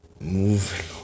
Moving